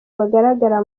bagaragara